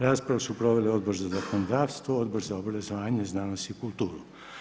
Raspravu su proveli Odbor za zakonodavstvo, Odbor za obrazovanje, znanost i kulturu.